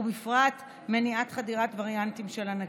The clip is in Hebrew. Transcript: ובפרט מניעת חדירת וריאנטים של הנגיף.